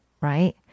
right